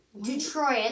Detroit